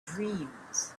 dreams